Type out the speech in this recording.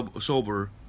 sober